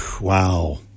Wow